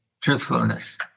truthfulness